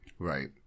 Right